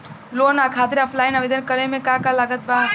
Loan खातिर offline आवेदन करे म का का लागत बा?